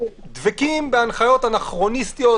שדבקים בהנחיות אנכרוניסטיות